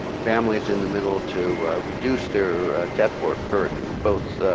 families in the middle to reduce their debt work burden. both